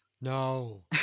No